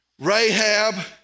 Rahab